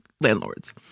landlords